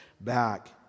back